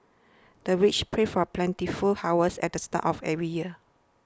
the villagers pray for plentiful harvest at the start of every year